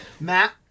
Matt